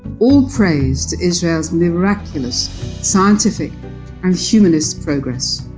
all praise to israel's miraculous scientific and humanist progress.